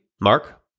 Mark